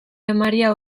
emaria